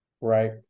Right